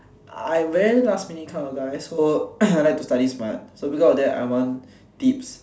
I very last minute kind of guy so I like to study smart so because of that I want tips